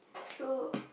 so